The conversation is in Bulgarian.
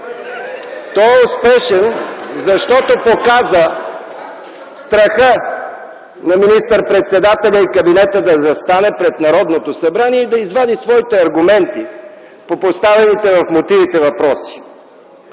Той е успешен, защото показа страха на министър-председателя и кабинета да застане пред Народното събрание и да извади своите аргументи по поставените в мотивите въпроси.